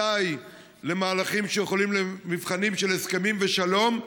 וודאי למהלכים של הסכמים ושלום,